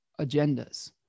agendas